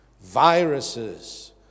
viruses